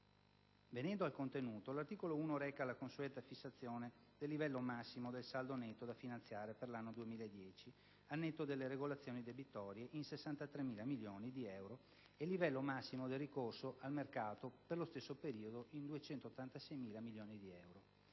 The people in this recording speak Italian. Venendo al contenuto, l'articolo 1 reca la consueta fissazione del livello massimo del saldo netto da finanziare per l'anno 2010, al netto delle regolazioni debitorie, in 63.000 milioni di euro e il livello massimo del ricorso al mercato per lo stesso periodo in 286.000 milioni di euro.